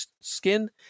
skin